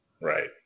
Right